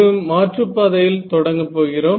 ஒரு மாற்றுப்பாதையில் தொடங்கப் போகிறோம்